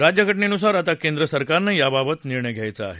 राज्यघटनेनुसार आता केंद्र सरकारनं याबाबत निर्णय घ्यायचा आहे